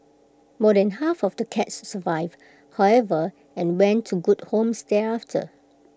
more than half of the cats survived however and went to good homes thereafter